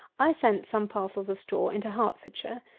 i sent some parcels of straw into hertfordshire,